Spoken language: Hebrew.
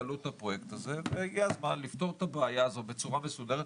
עלות הפרויקט הזה והגיע הזמן לפתור את הבעיה הזו בצורה מסודרת,